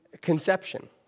conception